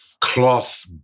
cloth